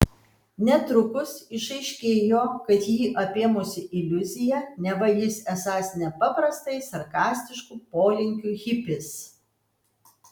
netrukus išaiškėjo kad jį apėmusi iliuzija neva jis esąs nepaprastai sarkastiškų polinkių hipis